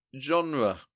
Genre